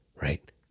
right